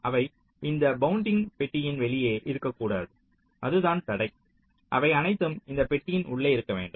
அவை இந்த பவுண்டிங் பெட்டியின் வெளியே இருக்கக்கூடாது அதுதான் தடை அவை அனைத்தும் இந்த பெட்டியின் உள்ளே இருக்க வேண்டும்